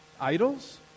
idols